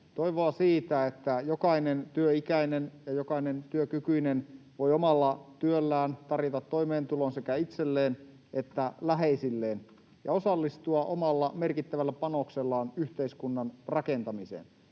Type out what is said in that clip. Toivoa siitä, että jokainen työikäinen ja jokainen työkykyinen voi omalla työllään tarjota toimeentulon sekä itselleen että läheisilleen ja osallistua omalla merkittävällä panoksellaan yhteiskunnan rakentamiseen,